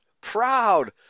proud